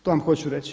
To vam hoću reći.